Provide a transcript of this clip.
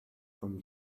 from